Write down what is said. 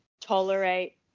tolerate